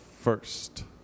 first